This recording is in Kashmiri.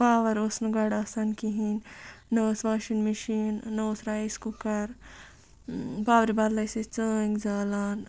پاوَر اوس نہٕ گۄڈٕ آسان کِہیٖنۍ نہ ٲس واشنگ مِشیٖن نہ اوس رایِس کُکَر پاورِ بدلہٕ أسۍ ٲسۍ ژٲنٛگۍ زالان